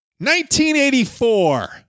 1984